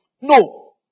no